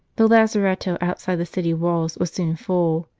the lazaretto outside the city walls was soon full.